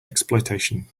exploitation